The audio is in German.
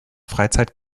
freizeit